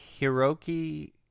Hiroki